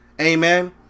Amen